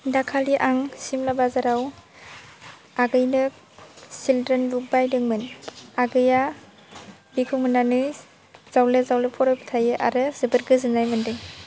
दाखालि आं सिमला बाजाराव आगैनो सिलड्रेन बुक बायदोंमोन आगैआ बेखौ मोन्नानै जावले जावले फरायबाय थायो आरो जोबोद गोजोन्नाय मोनदों